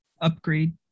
upgrade